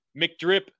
McDrip